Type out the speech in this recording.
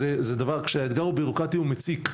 וכשהאתגר הוא בירוקרטי הוא מציק,